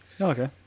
okay